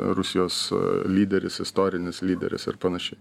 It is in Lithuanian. rusijos lyderis istorinis lyderis ir panašiai